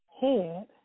head